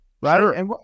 Right